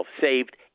saved